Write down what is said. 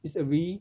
it's a really